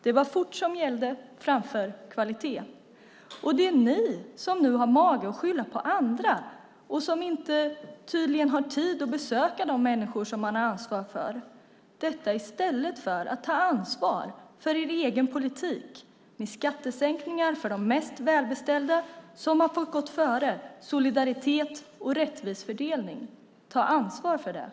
Det var fort som gällde framför kvalitet, och nu har ni mage att skylla på andra. Ni har tydligen inte heller tid att besöka de människor ni har ansvar för. Ni tar inte ansvar för er egen politik. Det är skattesänkningar för de mest välbeställda som har fått gå före solidaritet och rättvis fördelning. Ta ansvar för detta!